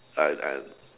I'm I'm